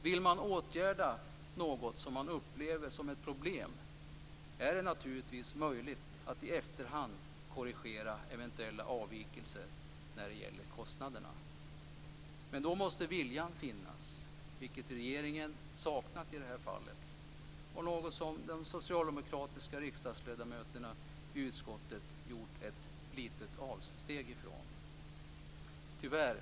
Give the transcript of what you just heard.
Vill man åtgärda något som man upplever som ett problem är det naturligtvis möjligt att i efterhand korrigera eventuella avvikelser när det gäller kostnaderna. Men då måste viljan finnas, och den har regeringen saknat i det här fallet. De socialdemokratiska riksdagsledamöterna i utskottet har gjort ett litet avsteg ifrån detta.